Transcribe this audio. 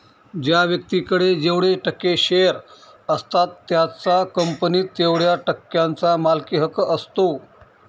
ज्या व्यक्तीकडे जेवढे टक्के शेअर असतात त्याचा कंपनीत तेवढया टक्क्यांचा मालकी हक्क असतो